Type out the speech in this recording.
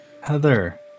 Heather